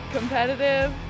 Competitive